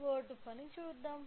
board పని చూద్దాం